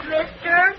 Mister